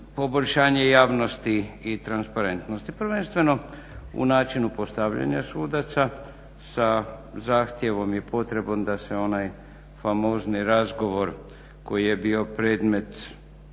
poboljšanje javnosti i transparentnosti, prvenstveno u načinu postavljanja sudaca sa zahtjevom i potrebom da se onaj famozni razgovor koji je bio predmet